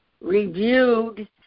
reviewed